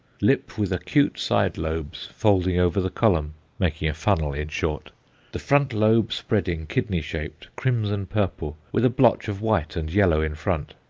lip with acute side lobes folding over the column, making a funnel, in short the front lobe spreading, kidney-shaped, crimson-purple, with a blotch of white and yellow in front.